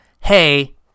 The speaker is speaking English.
hey